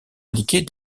indiquer